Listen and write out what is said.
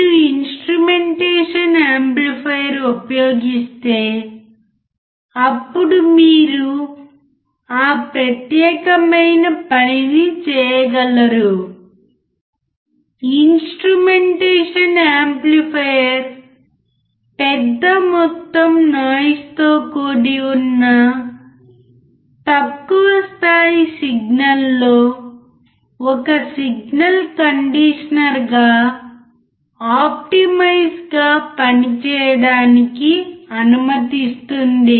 మీరు instrumentation amplifier ఉపయోగిస్తే అప్పుడు మీరు ఆ ప్రత్యేకమైన పనిని చేయగలరు ఇన్స్ట్రుమెంటేషన్ యాంప్లిఫైయర్ పెద్ద మొత్తం నాయిస్ తో కూడి ఉన్న తక్కువ స్థాయి సిగ్నల్ లో ఒక సిగ్నల్ కండీషనర్గా ఆప్టిమైజ్ గా పని చేయడానికి అనుమతిస్తుంది